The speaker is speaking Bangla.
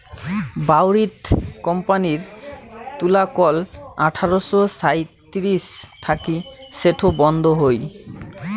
বাউরিথ কোম্পানির তুলাকল আঠারশো সাঁইত্রিশ থাকি সেটো বন্ধ হই